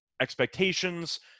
expectations